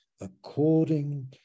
according